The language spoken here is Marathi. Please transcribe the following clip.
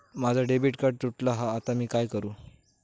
माझा डेबिट कार्ड तुटला हा आता मी काय करू?